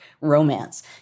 romance